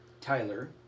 Tyler